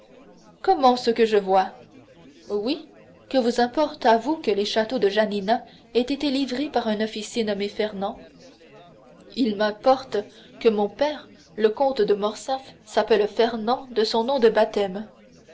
comment ce que je vois oui que vous importe à vous que les châteaux de janina aient été livrés par un officier nommé fernand il m'importe que mon père le comte de morcerf s'appelle fernand de son nom de baptême